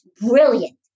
brilliant